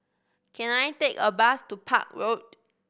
can I take a bus to Park Road